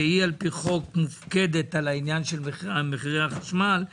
שעל פי חוק מופקדת על מחירי החשמל,